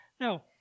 Now